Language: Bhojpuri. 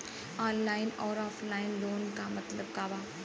ऑनलाइन अउर ऑफलाइन लोन क मतलब का बा?